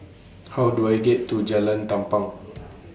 How Do I get to Jalan Tampang